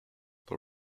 the